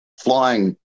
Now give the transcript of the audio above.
flying